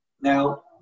Now